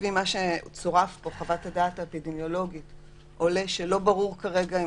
ולפי חוות הדעת האפידמיולוגית שצורפה פה לא ברור כרגע אם